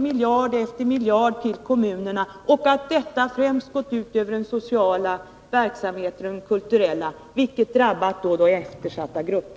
miljard efter miljard till kommunerna och att detta främst har gått ut över de sociala och kulturella verksamheterna, vilket har drabbat de eftersatta grupperna.